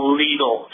legal